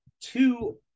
two